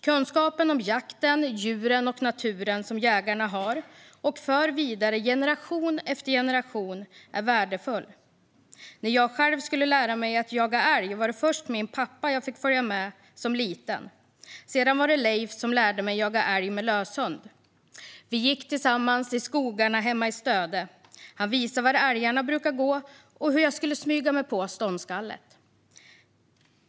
Kunskapen som jägarna har om jakten, djuren och naturen och som förs vidare från generation till generation är värdefull. När jag som liten skulle lära mig att jaga älg var det först min pappa jag fick följa med. Sedan var det Leif som lärde mig att jaga älg med löshund. Vi gick tillsammans i skogarna hemma i Stöde. Han visade var älgarna brukade gå och hur jag skulle smyga mig på ståndskallet.